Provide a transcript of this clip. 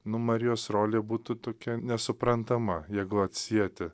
nu marijos rolė būtų tokia nesuprantama jeigu atsieti